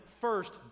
first